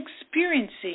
experiencing